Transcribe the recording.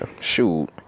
Shoot